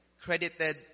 credited